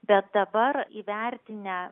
bet dabar įvertinę